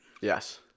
Yes